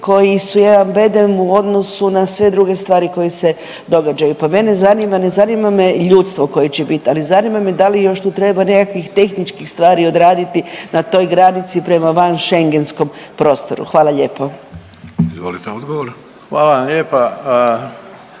koji su jedan bedem u odnosu na sve druge stvari koje se događaju, pa mene zanima, ne zanima me ljudstvo koje će biti, ali zanima me da li tu još treba nekakvih tehničkih stvari odraditi na toj granici prema van Schengenskom prostoru. Hvala lijepo. **Vidović, Davorko